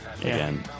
again